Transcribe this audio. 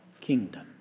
kingdom